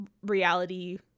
reality